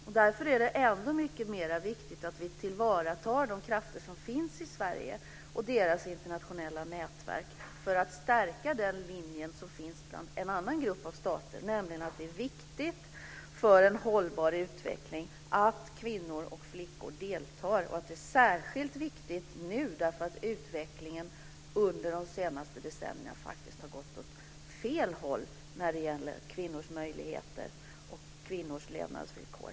Då är det än mer viktigt att vi tillvaratar de krafter som finns i Sverige och deras internationella nätverk för att stärka den linje som finns inom en annan grupp av stater, nämligen att det är viktigt för en hållbar utveckling att kvinnor och flickor deltar. Särskilt viktigt är detta nu, eftersom utvecklingen under de senaste decennierna faktiskt har gått åt fel håll när det gäller kvinnors möjligheter och kvinnors levnadsvillkor.